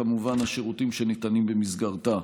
וכמובן השירותים שניתנים במסגרתה.